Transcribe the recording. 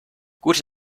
gute